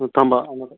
थांबा आणत आहे